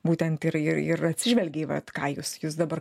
būtent ir ir ir atsižvelgia į vat ką jūs jūs dabar